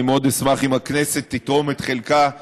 אני מאוד אשמח אם הכנסת תתרום את חלקה בנושא,